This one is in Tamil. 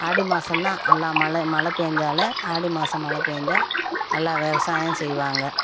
ஆடி மாசம்னா எல்லாம் மழை மழை பேய்ஞ்சாலே ஆடி மாசம் மழை பேய்ஞ்சா நல்லா விவசாயம் செய்வாங்க